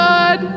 God